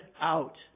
out